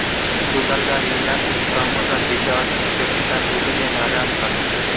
दुधाळ गायी या उत्तम जातीच्या असण्यापेक्षा दूध देणाऱ्या असतात